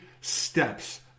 steps